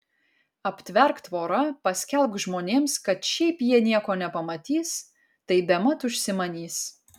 aptverk tvora paskelbk žmonėms kad šiaip jie nieko nepamatys tai bemat užsimanys